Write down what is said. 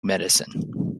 medicine